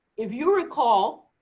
if you recall,